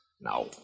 Now